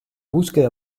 búsqueda